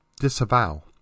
disavow